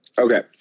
Okay